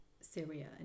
Syria